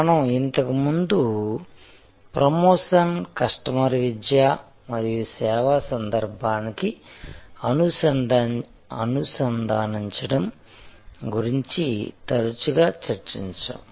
మనం ఇంతకుముందు promotion customer విద్య మరియు సేవా సందర్భానికి అనుసంధానించడం గురించి తరచుగా చర్చించాము